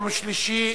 היום יום שלישי,